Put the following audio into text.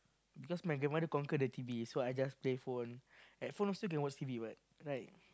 because my grandmother conquer the T_V so I just play phone at phone still can watch T_V what right